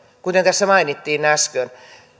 kuten tässä mainittiin äsken